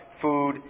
food